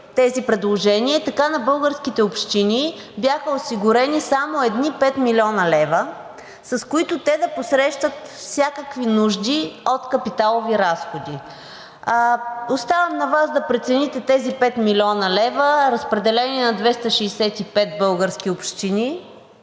тези предложения и така на българските общини бяха осигурени само едни 5 млн. лв., с които те да посрещат всякакви нужди от капиталови разходи. Оставям на Вас да прецените тези 5 млн. лв., разпределени на 265 български общини,